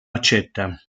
accetta